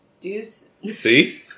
See